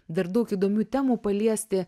dar daug įdomių temų paliesti